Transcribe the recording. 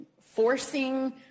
Forcing